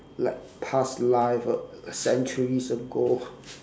like past life uh centuries ago